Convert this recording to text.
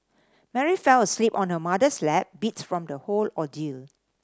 Mary fell asleep on her mother's lap beat from the whole ordeal